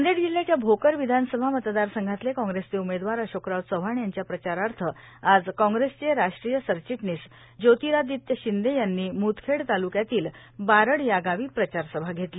नांदेड जिल्ह्याच्या भोकर विधानसभा मतदार संघातले काँग्रेसचे उमेदवार अशोकराव चव्हाण यांच्या प्रचारार्थ आज काँग्रेसचे राष्ट्रीय सरचिटणीस ज्योतिरादित्य शिंदे यांनी मुदखेड तालुक्यातील बारड या गावी प्रचारसभा घेतली